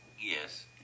Yes